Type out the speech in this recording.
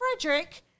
Frederick